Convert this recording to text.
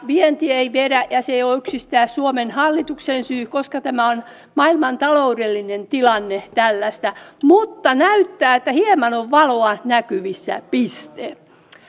vienti ei vedä ja se ei ole yksistään suomen hallituksen syy koska tämä on maailman taloudellinen tilanne tällainen mutta näyttää että hieman on valoa näkyvissä piste